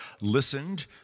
listened